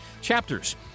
chapters